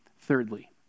Thirdly